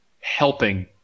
helping